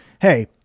Hey